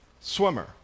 swimmer